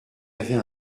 avait